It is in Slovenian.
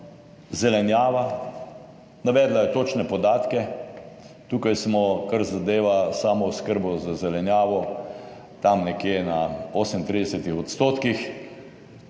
zelenjava, navedla je točne podatke. Tukaj smo kar zadeva samooskrbo z zelenjavo, tam nekje na 38 %,